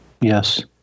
Yes